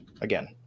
again